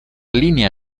linea